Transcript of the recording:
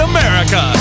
America